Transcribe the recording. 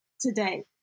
today